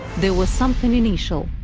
there was something initial.